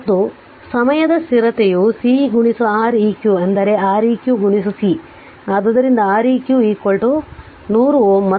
ಮತ್ತು ಸಮಯದ ಸ್ಥಿರತೆಯು C R eq ಅಂದರೆ R eq C ಆದ್ದರಿಂದ R eq 100 Ω ಮತ್ತು C 20 ಮಿಲಿಫರಾಡ್ ಆದ್ದರಿಂದ 20 10ರ ಪವರ್ 3 ಫರಾಡ್ ಆದ್ದರಿಂದ ಅದು ಎರಡನೆಯದು